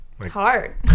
hard